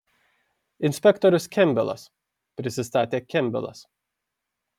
inspektorius kempbelas prisistatė kempbelas